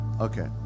Okay